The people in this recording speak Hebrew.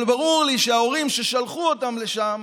אבל ברור לי שההורים ששלחו אותם לשם